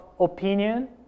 opinion